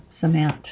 cement